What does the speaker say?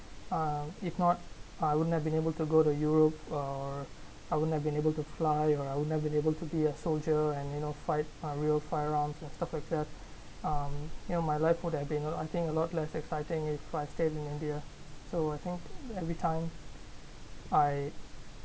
uh if not I wouldn't have been able to go to europe or I wouldn't have been able to fly or I wouldn't have been able to be a soldier and you know fight real firearms and stuff like that um you know my life would have been a lot I think a lot less exciting if I stayed in india so I think every time I